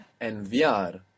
Enviar